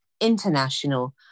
international